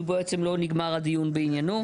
שבעצם לא נגמר הדיון בעניינו.